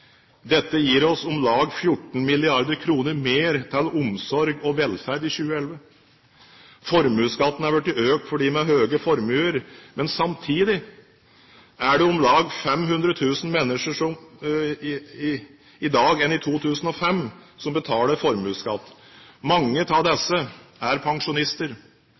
Dette gir oss om lag 14 mrd. kr mer til omsorg og velferd i 2011. Formuesskatten har blitt økt for de med høye formuer. Samtidig er det om lag 500 000 mennesker færre i dag enn i 2005 som betaler formuesskatt. Mange av disse er pensjonister.